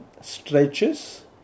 stretches